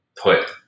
put